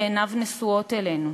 שעיניו נשואות אלינו,